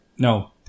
No